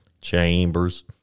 Chambers